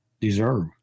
deserve